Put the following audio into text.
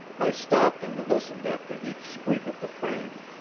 i stopped and listened after each squeak of the frame.